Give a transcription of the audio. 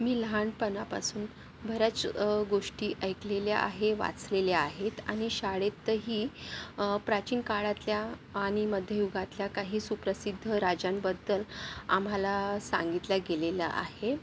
मी लहाणपणापासून बऱ्याच गोष्टी ऐकलेल्या आहे वाचलेल्या आहेत आणि शाळेतही प्राचीन काळातल्या आणि मध्ययुगातल्या काही सुप्रसिद्ध राजांबद्दल आम्हाला सांगितल्या गेलेल्या आहे